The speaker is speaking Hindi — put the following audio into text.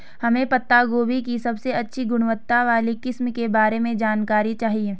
हमें पत्ता गोभी की सबसे अच्छी गुणवत्ता वाली किस्म के बारे में जानकारी चाहिए?